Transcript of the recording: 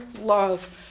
love